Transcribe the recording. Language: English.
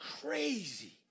crazy